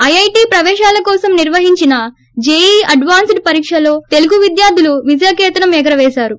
IIT ప్రవేశాల కోసం నిర్వహించిన జేఈఈ అడ్వాన్పుడ్ పరీక్షలో తెలుగు విద్యార్థులు విజయ కేతనం ఎగరపేశారు